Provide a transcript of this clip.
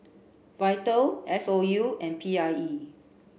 VITAL S O U and P I E